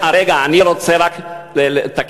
רגע, אני רוצה רק לתקן.